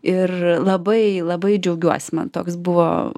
ir labai labai džiaugiuosi man toks buvo